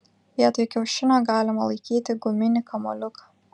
vietoj kiaušinio galima laikyti guminį kamuoliuką